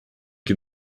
que